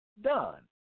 done